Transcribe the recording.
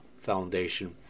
Foundation